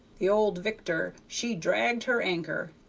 the old victor she dragged her anchor,